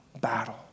battle